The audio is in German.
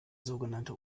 sogenannte